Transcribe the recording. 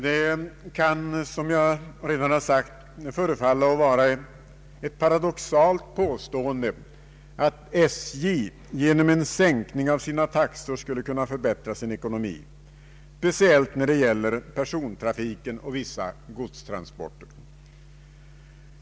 Det kan, som jag redan har sagt, förefalla vara ett paradoxalt påstående att SJ genom en sänkning av sina taxor skulle kunna förbättra sin ekonomi speciellt när det gäller persontrafiken och vissa godstransporter.